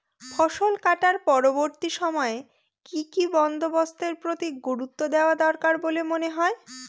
ফসলকাটার পরবর্তী সময়ে কি কি বন্দোবস্তের প্রতি গুরুত্ব দেওয়া দরকার বলে মনে হয়?